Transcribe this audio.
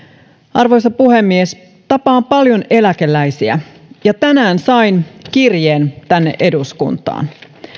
arvoisa puhemies tapaan paljon eläkeläisiä ja tänään sain kirjeen tänne eduskuntaan